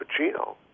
Pacino